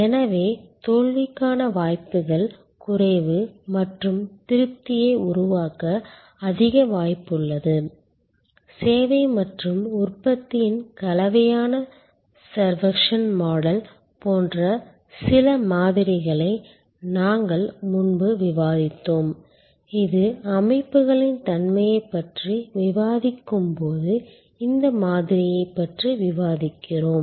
எனவே தோல்விக்கான வாய்ப்புகள் குறைவு மற்றும் திருப்தியை உருவாக்க அதிக வாய்ப்பு உள்ளது சேவை மற்றும் உற்பத்தியின் கலவையான சர்வக்ஷன் மாடல் போன்ற சில மாதிரிகளை நாங்கள் முன்பு விவாதித்தோம் இது அமைப்புகளின் தன்மையைப் பற்றி விவாதிக்கும்போது இந்த மாதிரியைப் பற்றி விவாதிக்கிறோம்